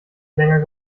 länger